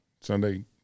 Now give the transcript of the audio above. Sunday